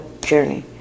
journey